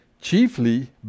chiefly